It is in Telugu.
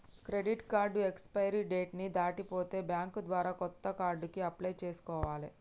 క్రెడిట్ కార్డు ఎక్స్పైరీ డేట్ ని దాటిపోతే బ్యేంకు ద్వారా కొత్త కార్డుకి అప్లై చేసుకోవాలే